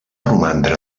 romandre